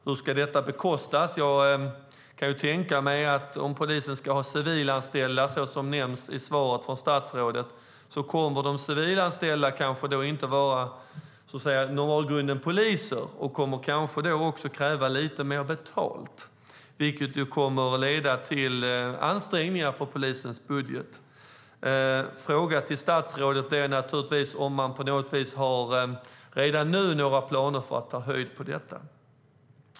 Hur ska det bekostas? Om polisen ska ha civilanställda, så som nämns i statsrådets svar, kommer de kanske att kräva lite mer betalt än poliser. Det kommer att leda till ansträngningar på polisens budget. Har ni redan nu tagit höjd för detta?